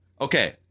okay